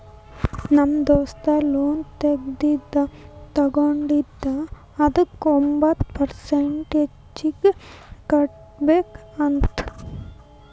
ನಮ್ ದೋಸ್ತ ಲೋನ್ ತಗೊಂಡಿದ ಅದುಕ್ಕ ಒಂಬತ್ ಪರ್ಸೆಂಟ್ ಹೆಚ್ಚಿಗ್ ಕಟ್ಬೇಕ್ ಅಂತ್